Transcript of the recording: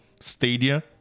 stadia